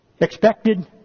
Expected